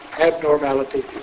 abnormality